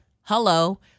Hello